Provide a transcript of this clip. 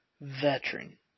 Veteran